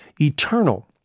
eternal